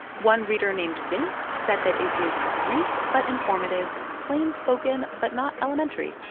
one reader named vince said that it is brief but informative, plain-spoken but not elementary.